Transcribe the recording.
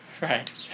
Right